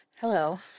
Hello